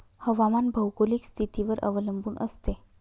हवामान भौगोलिक स्थितीवर अवलंबून असते